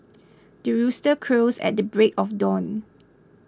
the rooster crows at the break of dawn